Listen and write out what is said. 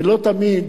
ולא תמיד